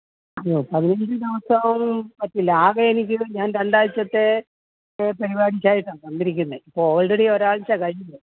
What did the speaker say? അയ്യോ പതിനഞ്ച് ദിവസം പറ്റില്ല ആകെ എനിക്ക് ഇത് രണ്ടാഴ്ചത്തെ പരിപാടിക്കായിട്ടാണ് വന്നിരിക്കുന്നത് ഇപ്പോൾ ഓൾറെഡി ഒരാഴ്ച്ച കഴിഞ്ഞു